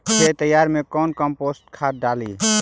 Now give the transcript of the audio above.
खेत तैयारी मे कौन कम्पोस्ट खाद डाली?